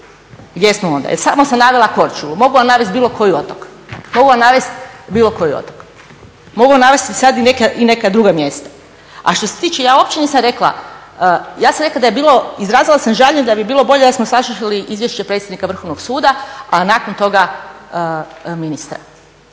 Gdje smo onda? E samo sam navela Korčulu. Mogu vam navesti bilo koji otok, mogu navesti sad i neka druga mjesta. A što se tiče, ja uopće nisam rekla. Ja sam rekla da je bilo, izrazila sam žaljenje da bi bilo bolje da smo saslušali izvješće predsjednika Vrhovnog suda, a nakon toga ministra.